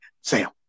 Sam